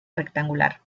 rectangular